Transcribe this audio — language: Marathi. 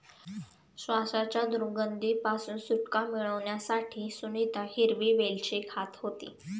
श्वासाच्या दुर्गंधी पासून सुटका मिळवण्यासाठी सुनीता हिरवी वेलची खात होती